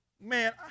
Man